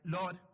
Lord